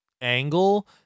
angle